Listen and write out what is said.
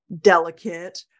delicate